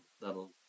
that'll